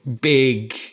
big